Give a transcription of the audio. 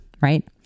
right